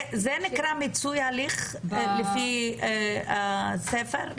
זה נקרא מיצוי הליך לפי הספר?